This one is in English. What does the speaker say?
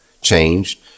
changed